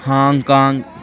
Hong Kong